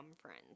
friends